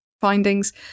findings